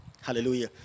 Hallelujah